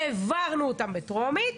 העברנו אותן בטרומית,